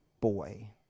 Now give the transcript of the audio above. boy